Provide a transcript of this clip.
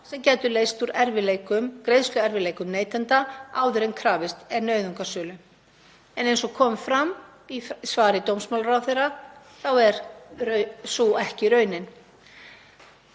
sem gætu leyst úr greiðsluerfiðleikum neytenda áður en krafist er nauðungarsölu. En eins og kom fram í svari dómsmálaráðherra er sú ekki raunin.